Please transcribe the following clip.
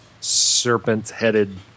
serpent-headed